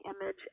image